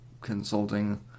consulting